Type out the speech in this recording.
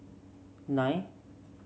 nine